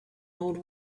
old